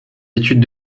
études